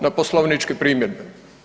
Na poslovničke primjedbe.